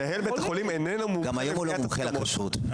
מנהל בית החולים איננו מומחה ל --- גם